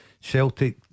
Celtic